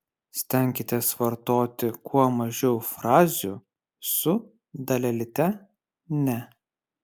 stenkitės vartoti kuo mažiau frazių su dalelyte ne